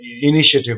initiative